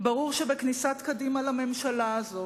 ברור שבכניסת קדימה לממשלה הזו